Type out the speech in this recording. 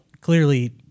clearly